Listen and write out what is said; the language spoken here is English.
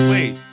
Wait